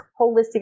Holistic